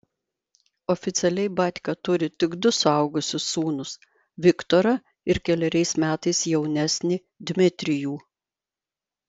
oficialiai batka turi tik du suaugusius sūnus viktorą ir keleriais metais jaunesnį dmitrijų